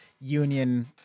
union